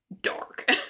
dark